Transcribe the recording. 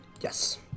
Yes